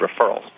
referrals